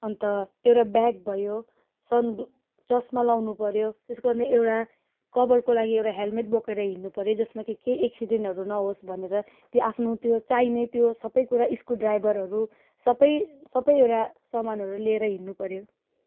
अन्त एउटा ब्याग भयो सन् चश्मा लगाउनु पऱ्यो त्यसको अन्त एउटा कभरको लागि हेलमेट बोकेर हिँड्नु पऱ्यो जसमा कि केही एक्सिडेन्टहरू नहोस् भनेर त्यो आफ्नो त्यो चाहिने त्यो सबै कुरा त्यो स्क्रुडाइभरहरू सबै सबैवटा सामानहरू लिएर हिँड्नु पऱ्यो